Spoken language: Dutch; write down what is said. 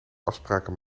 afspraken